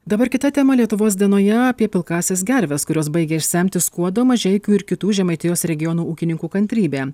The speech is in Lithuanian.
dabar kita tema lietuvos dienoje apie pilkąsias gerves kurios baigia išsemti skuodo mažeikių ir kitų žemaitijos regiono ūkininkų kantrybę